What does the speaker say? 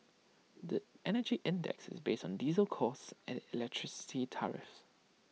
the Energy Index is based on diesel costs and electricity tariffs